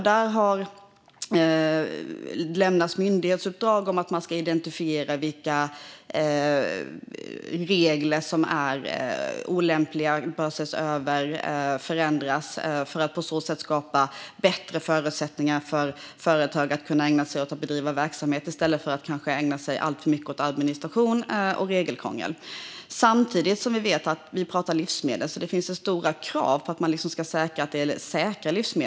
Där har det getts myndighetsuppdrag att identifiera vilka regler som är olämpliga och bör ses över eller förändras för att vi på så sätt ska skapa bättre förutsättningar för företagen att bedriva verksamhet i stället för att behöva ägna sig alltför mycket åt administration och regelkrångel. Samtidigt vet vi att vi pratar om livsmedel, och det finns stora krav på att säkerställa att livsmedlen är säkra.